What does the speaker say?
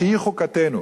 שהיא חוקתנו.